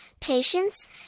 patience